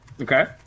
Okay